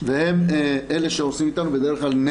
הם אלה שעושים איתם בדרך כלל,